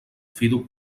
fidu